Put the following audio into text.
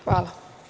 Hvala.